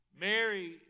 Mary